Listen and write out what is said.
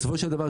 בסופו של דבר,